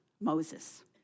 Moses